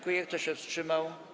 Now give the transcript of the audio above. Kto się wstrzymał?